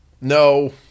no